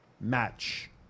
match